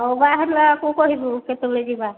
ହଉ ବାହାରିଲା ବେଳକୁ କହିବୁ କେତେବେଳେ ଯିବା